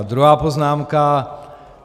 Druhá poznámka.